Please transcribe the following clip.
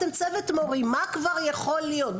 אתם צוות מורים מה כבר יכול להיות?